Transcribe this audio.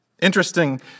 Interesting